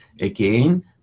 again